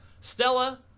Stella